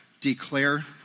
declare